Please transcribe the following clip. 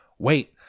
wait